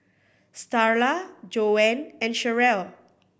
Starla Joanne and Cherrelle